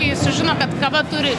kai sužino kad kava turi